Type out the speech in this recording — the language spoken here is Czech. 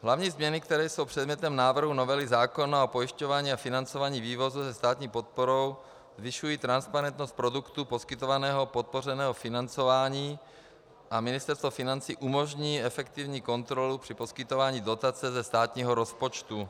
Hlavní změny, které jsou předmětem návrhu novely zákona o pojišťování a financování vývozu se státní podporou, zvyšují transparentnost produktů poskytovaného podpořeného financování a Ministerstvo financí umožní efektivní kontrolu při poskytování dotace ze státního rozpočtu.